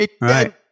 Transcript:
right